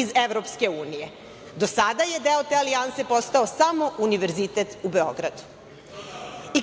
iz Evropske unije. Do sada je deo te alijanse postao samo Univerzitet u Beogradu.